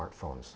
smartphones